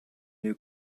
new